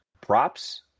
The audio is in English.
props